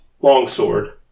longsword